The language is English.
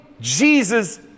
Jesus